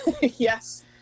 Yes